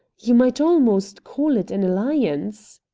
you might almost call it an alliance.